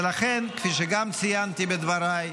ולכן כפי שגם ציינתי בדבריי,